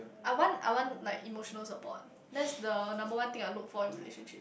I want I want like emotional support that's the number one thing I look for in relationship